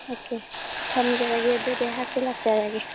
okay ꯊꯝꯖꯔꯒꯦ ꯑꯗꯨꯗꯤ ꯑꯩꯍꯥꯛꯁꯨ ꯂꯥꯛꯆꯔꯒꯦ